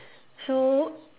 so